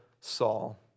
Saul